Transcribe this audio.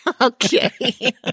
Okay